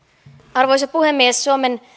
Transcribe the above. arvoisa puhemies suomen